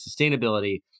sustainability